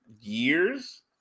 years